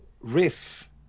riff